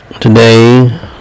Today